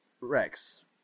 Rex